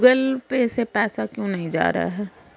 Google Pay से पैसा क्यों नहीं जा रहा है?